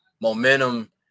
Momentum